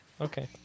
Okay